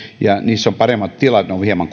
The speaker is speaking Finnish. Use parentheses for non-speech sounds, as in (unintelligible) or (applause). ja niissä on paremmat tilat ne ovat hieman (unintelligible)